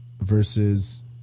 versus